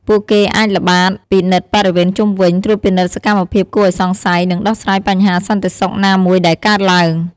ពួកគេអាចល្បាតពិនិត្យបរិវេណជុំវិញ ត្រួតពិនិត្យសកម្មភាពគួរឲ្យសង្ស័យ និងដោះស្រាយបញ្ហាសន្តិសុខណាមួយដែលកើតឡើង។